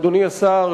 אדוני השר,